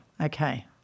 Okay